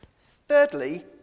Thirdly